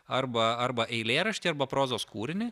arba arba eilėraštį arba prozos kūrinį